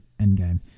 Endgame